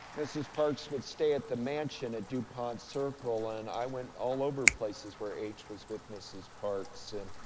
mrs. parks would stay at the mansion at dupont circle. and, i went all over places where h was with mrs. parks. and,